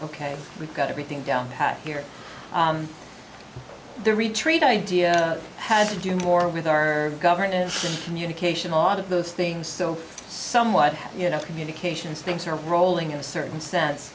ok we've got everything down here the retreat idea has to do more with our government communication a lot of those things so somewhat you know communications things are rolling in a certain sense